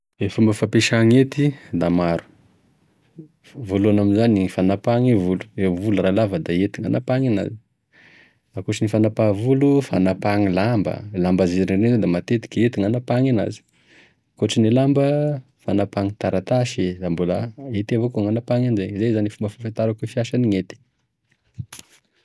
E fomba fampesa gn'hety da maro, voalohany amizany e fanampahagny e volo, e volo raha lava da hety gn'ampahagny enazy, akoatrin'e fanampahagny volo, fanampahagny lamba, e lamba zerigny regny zao da hety gnampahagny enazy, akoatrin'e lamba, fanampahagny taratasy, da mbola hety evakoa gn'anampahagny enazy, izay zany e fomba fahafantarako e fampesagny gn'hety.